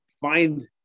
find